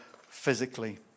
physically